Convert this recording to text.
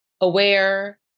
aware